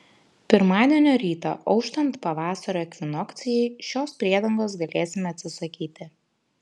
pirmadienio rytą auštant pavasario ekvinokcijai šios priedangos galėsime atsisakyti